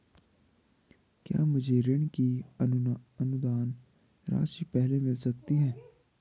क्या मुझे ऋण की अनुदान राशि पहले मिल सकती है?